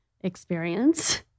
experience